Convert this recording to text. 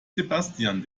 sebastian